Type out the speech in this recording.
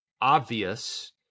obvious